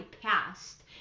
past